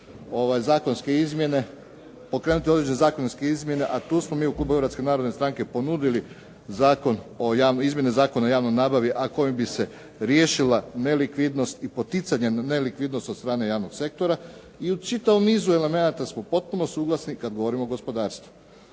zakonske izmjene, pokrenuti određene zakonske izmjene. A tu smo mi u klubu Hrvatske narodne stranke ponudili izmjene Zakona o javnoj nabavi a kojim bi se riješila nelikvidnost i poticanje nelikvidnosti od strane javnih sektora i u čitavom nizu elemenata smo potpuno suglasni kad govorimo o gospodarstvu.